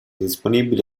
disponibili